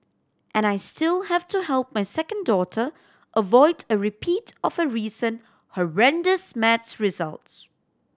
and I still have to help my second daughter avoid a repeat of her recent horrendous maths results